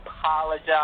apologize